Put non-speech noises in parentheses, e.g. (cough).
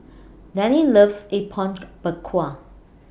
(noise) Dianne loves Apom (noise) Berkuah